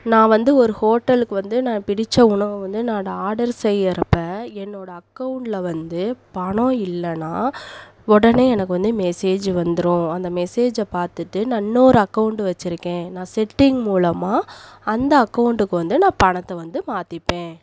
நான் வந்து ஒரு ஹோட்டலுக்கு வந்து நான் பிடித்த உணவு வந்து நான் அட ஆர்டர் செய்கிறப்ப என்னோட அக்கௌண்ட்ல வந்து பணம் இல்லைன்னா உடனே எனக்கு வந்து மெசேஜ் வந்துடும் அந்த மெசேஜை பார்த்துட்டு நான் இன்னோரு அக்கௌண்ட் வச்சிருக்கேன் நான் செட்டிங் மூலமாக அந்த அக்கௌண்ட்டுக்கு வந்து நான் பணத்தை வந்து மாற்றிப்பேன்